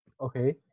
okay